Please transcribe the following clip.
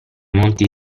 monti